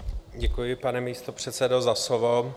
Děkuji, pane místopředsedo, za slovo.